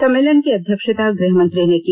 सम्मेलन की अध्यक्षता गृहमंत्री ने की